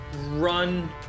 run